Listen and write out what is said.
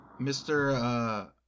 Mr